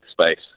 space